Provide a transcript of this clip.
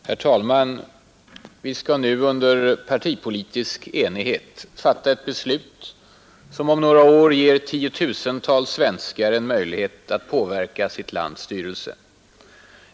Herr talman! Vi skall nu under partipolitisk enighet fatta ett beslut, som om några år ger tiotusentals svenskar en möjlighet att påverka sitt lands styrelse.